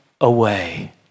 away